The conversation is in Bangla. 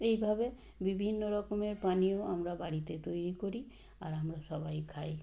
এইভাবে বিভিন্ন রকমের পানীয় আমরা বাড়িতে তৈরি করি আর আমরা সবাই খাই